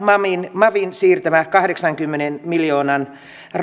mavin myöhempään ajankohtaan siirtämä kahdeksankymmenen miljoonan